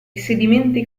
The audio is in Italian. sedimenti